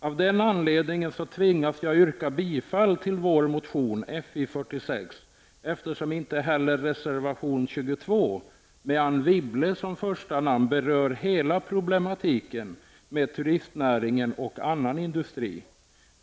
Av den anledningen tvingas jag yrka bifall till vår motion Fi46, eftersom inte heller reservation 22 med Anne Wibble berör hela problematiken med turistnäringen och annan industri.